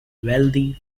wealthy